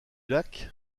lac